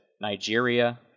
Nigeria